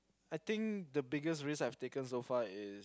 I think the biggest risk I've taken so far is